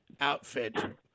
outfit